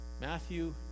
Matthew